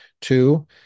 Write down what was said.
Two